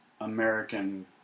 American